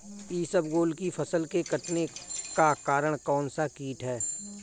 इसबगोल की फसल के कटने का कारण कौनसा कीट है?